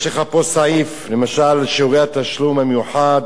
יש לך פה סעיף, למשל: שיעורי התשלום המיוחד